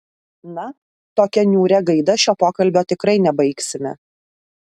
na tokia niūria gaida šio pokalbio tikrai nebaigsime